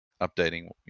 updating